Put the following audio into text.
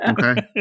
Okay